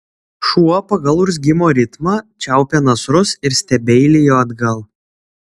šuo pagal urzgimo ritmą čiaupė nasrus ir stebeilijo atgal